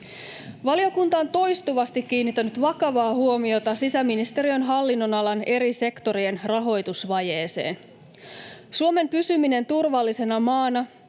Valiokunta on toistuvasti kiinnittänyt vakavaa huomiota sisäministeriön hallinnonalan eri sektorien rahoitusvajeeseen. Suomen pysyminen turvallisena maana